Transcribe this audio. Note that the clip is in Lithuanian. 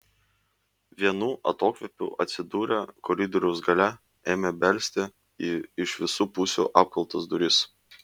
vienu atokvėpiu atsidūrę koridoriaus gale ėmė belsti į iš visų pusių apkaltas duris